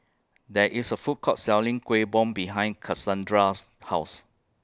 There IS A Food Court Selling Kueh Bom behind Cassondra's House